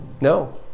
No